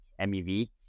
MEV